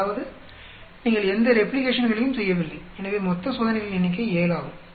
அதாவது நீங்கள் எந்த ரெப்ளிகேஷன்களையும் செய்யவில்லை எனவே மொத்த சோதனைகளின் எண்ணிக்கை 7 ஆகும்